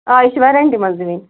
آ یہِ چھِ وایرَینٹی منٛزٕے وُنہِ